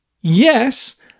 yes